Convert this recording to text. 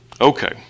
Okay